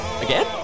again